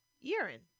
Urine